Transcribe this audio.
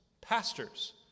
pastors